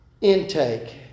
intake